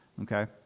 okay